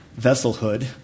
vesselhood